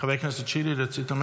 חבר הכנסת שירי, רצית?